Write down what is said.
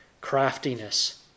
craftiness